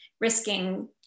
risking